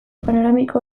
panoramiko